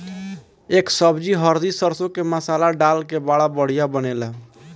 एकर सब्जी हरदी सरसों के मसाला डाल के बड़ा बढ़िया बनेला